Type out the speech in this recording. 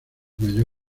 mayor